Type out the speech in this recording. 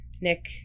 Nick